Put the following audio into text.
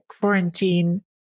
quarantine